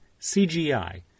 CGI